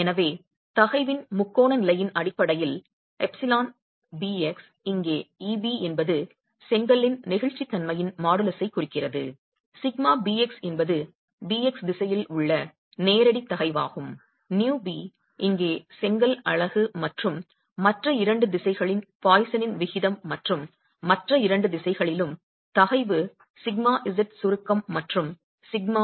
எனவே தகைவின் முக்கோண நிலையின் அடிப்படையில் εbx இங்கே Eb என்பது செங்கல்லின் நெகிழ்ச்சித் தன்மையின் மாடுலஸைக் குறிக்கிறது σbx என்பது bx திசையில் உள்ள நேரடி தகைவாகும் νb இங்கே செங்கல் அலகு மற்றும் மற்ற இரண்டு திசைகளின் பாய்சனின் விகிதம் மற்றும் மற்ற இரண்டு திசைகளிலும் தகைவு σz சுருக்கம் மற்றும் σby